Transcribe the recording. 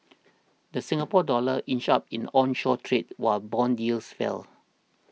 the Singapore Dollar inched up in onshore trade while bond yields fell